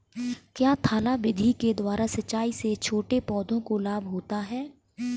क्या थाला विधि के द्वारा सिंचाई से छोटे पौधों को लाभ होता है?